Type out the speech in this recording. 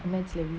M_N_S love you